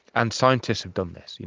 and scientists have done this. you know